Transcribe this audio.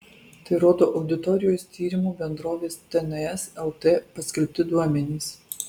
tai rodo auditorijos tyrimų bendrovės tns lt paskelbti duomenys